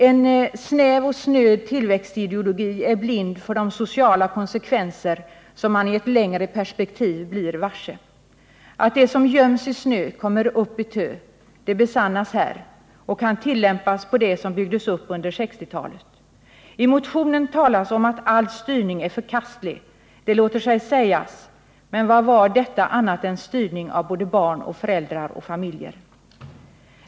En snäv och snöd tillväxtideologi är blind för de sociala konsekvenser som man i ett längre perspektiv blir varse. Att det som göms i snö kommer upp i tö besannas här och kan tillämpas på det som byggdes upp under 1960-talet I motionen talas om att all styrning är förkastlig. Det låter sig sägas. Men vad var detta annat än styrning av både barn och föräldrar och familjer?